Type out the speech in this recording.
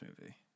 movie